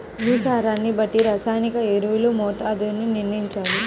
భూసారాన్ని బట్టి రసాయనిక ఎరువుల మోతాదుని నిర్ణయంచాలి